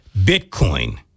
Bitcoin